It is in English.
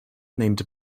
named